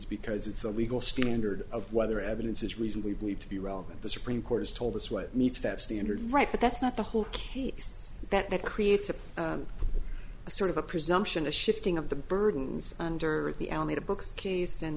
s because it's a legal standard of whether evidence is reason we believe to be relevant the supreme court has told us what meets that standard right but that's not the whole case that that creates a sort of a presumption a shifting of the burdens under the alameda books case and